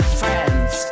friends